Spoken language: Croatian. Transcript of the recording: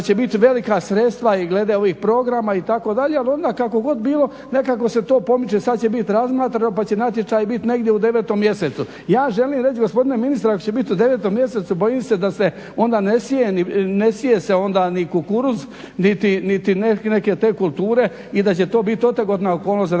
da će bit velika sredstva i glede ovih programa itd. Ali onda kako god bilo nekako se to pomiče. Sad će bit razmatrano pa će natječaj biti negdje u 9 mjesecu. Ja želim reći gospodine ministre ako će biti u 9 mjesecu bojim se da se onda ne sije, ne sije se onda ni kukuruz niti neke te kulture i da će to biti otegotna okolnost za naše